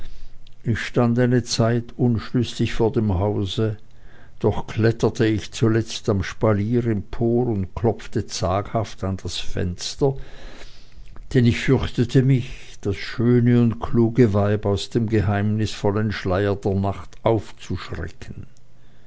ich stand einige zeit unschlüssig vor dem hause doch kletterte ich zuletzt am spalier empor und klopfte zaghaft an das fenster denn ich fürchtete mich das schöne und kluge weib aus dem geheimnisvollen schleier der nacht aufzuschrecken